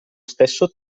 stesso